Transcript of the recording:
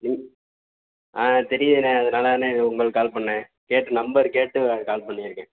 இந்த ஆ தெரியுதுண்ணே அதுனால் தாண்ணே உங்களுக்கு கால் பண்ணுணேன் கேட்டு நம்பர் கேட்டு கால் பண்ணிருக்கேன்